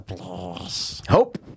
hope